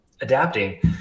adapting